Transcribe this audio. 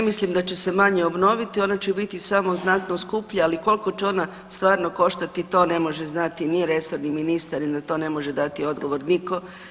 Ja ne mislim da će se manje obnoviti, ona će biti samo znatno skuplja, ali koliko će ona stvarno koštati, to ne može znati ni resorni ministar i na to ne može da odgovor nitko.